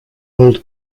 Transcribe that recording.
old